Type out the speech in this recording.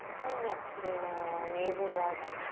and exhale navel draws up.